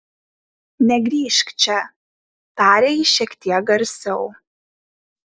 negrįžk čia tarė ji šiek tiek garsiau